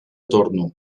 torno